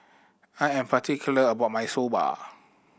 I am particular about my Soba